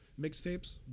mixtapes